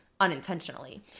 unintentionally